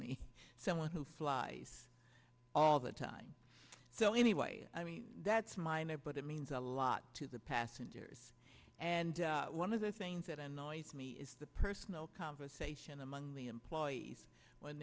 me someone who flies all the time so anyway i mean that's minor but it means a lot to the passengers and one of the things that annoys me is the personal conversation among the employees when